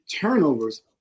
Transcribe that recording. turnovers